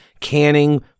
canning